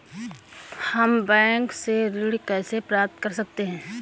हम बैंक से ऋण कैसे प्राप्त कर सकते हैं?